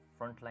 frontline